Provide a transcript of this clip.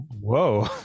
Whoa